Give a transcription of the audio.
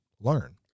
learn